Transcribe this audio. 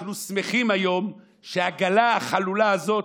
אנחנו שמחים היום שהעגלה החלולה הזאת